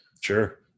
Sure